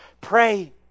Pray